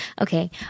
Okay